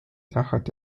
tahad